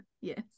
Yes